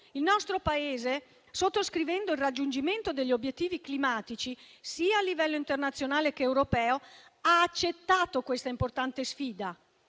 Il nostro Paese, sottoscrivendo il raggiungimento degli obiettivi climatici, sia a livello internazionale sia europeo, ha accettato questa importante sfida.